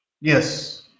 Yes